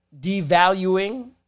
devaluing